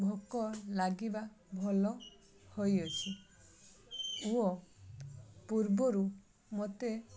ଭୋକ ଲାଗିବା ଭଲ ହୋଇଅଛି ଓ ପୂର୍ବରୁ ମୋତେ